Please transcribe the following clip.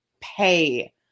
pay